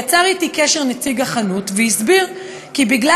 יצר אתי קשר נציג החנות והסביר כי מכיוון